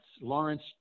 Lawrence